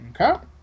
Okay